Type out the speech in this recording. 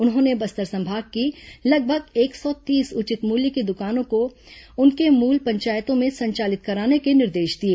उन्होंने बस्तर संभाग की लगभग एक सौ तीस उचित मूल्य की दुकानों को उनके मूल पंचायतों में संचालित कराने के निर्देश दिए